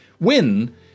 win